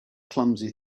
clumsy